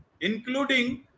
including